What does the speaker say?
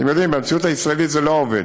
אתם יודעים, במציאות הישראלית זה לא עובד.